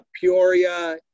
Peoria